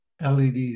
LEDs